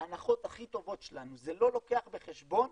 ההנחות הכי טובות שלנו, זה לא לוקח בחשבון